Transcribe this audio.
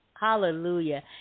hallelujah